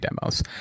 demos